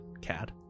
Cad